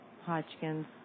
Hodgkin's